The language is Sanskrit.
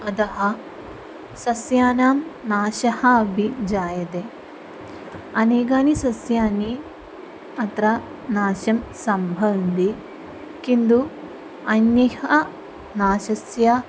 अतः सस्यानां नाशः अपि जायते अनेकानि सस्यानि अत्र नाशं सम्भवन्ति किन्तु अन्ये नाशस्य